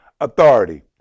authority